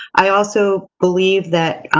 i also believe that